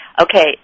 okay